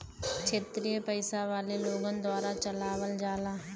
क्षेत्रिय पइसा वाले लोगन द्वारा चलावल जाला